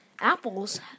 apples